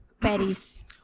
Paris